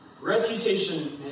Reputation